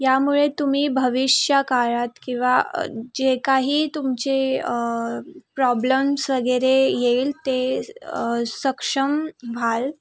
यामुळे तुम्ही भविष्याकाळात किंवा जे काही तुमचे प्रॉब्लम्स वगैरे येईल ते सक्षम व्हाल